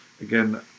Again